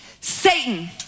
Satan